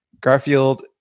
Garfield